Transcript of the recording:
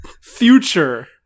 Future